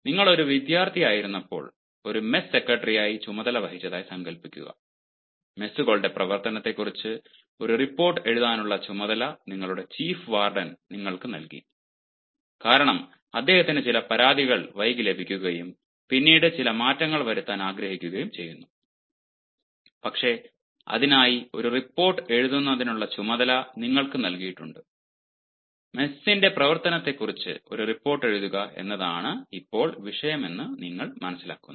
നിങ്ങൾ ഒരു വിദ്യാർത്ഥിയായിരുന്നപ്പോൾ ഒരു മെസ് സെക്രട്ടറിയായി ചുമതല വഹിച്ചതായി സങ്കൽപ്പിക്കുക മെസ്സുകളുടെ പ്രവർത്തനത്തെക്കുറിച്ച് ഒരു റിപ്പോർട്ട് എഴുതാനുള്ള ചുമതല നിങ്ങളുടെ ചീഫ് വാർഡൻ നിങ്ങൾക്ക് നൽകി കാരണം അദ്ദേഹത്തിന് ചില പരാതികൾ വൈകി ലഭിക്കുകയും പിന്നീട് ചില മാറ്റങ്ങൾ വരുത്താൻ ആഗ്രഹിക്കുകയും ചെയ്യുന്നു പക്ഷേ അതിനായി ഒരു റിപ്പോർട്ട് എഴുതുന്നതിനുള്ള ചുമതല നിങ്ങൾക്ക് നൽകിയിട്ടുണ്ട് മെസിന്റെ പ്രവർത്തനത്തെക്കുറിച്ച് ഒരു റിപ്പോർട്ട് എഴുതുക എന്നതാണ് ഇപ്പോൾ വിഷയം എന്ന് നിങ്ങൾ മനസ്സിലാക്കുന്നു